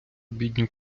обідню